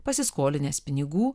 pasiskolinęs pinigų